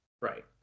Right